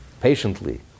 patiently